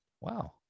Wow